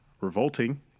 revolting